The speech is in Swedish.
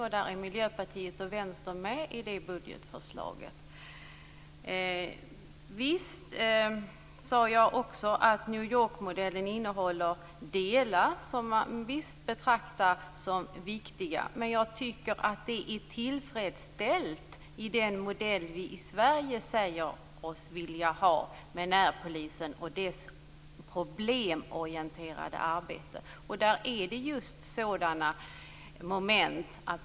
Och Miljöpartiet och Vänstern är med på detta budgetförslag. Jag sade att New York-modellen innehåller viktiga delar. Men jag tycker att det här är tillfredsställt i den modell som vi i Sverige säger oss vilja ha med närpolisen och dess problemorienterade arbete. I den modellen finns sådana här moment.